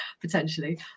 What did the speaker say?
potentially